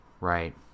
right